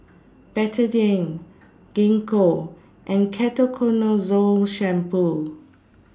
Betadine Gingko and Ketoconazole Shampoo